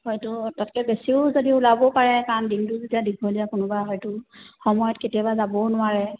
হয়টো তাতকৈ বেছিও যদি ওলাবও পাৰে কাৰণ দিনটো যেতিয়া দীঘলীয়া কোনোবা হয়টো সময়ত কেতিয়াবা যাবও নোৱাৰে